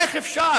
איך אפשר,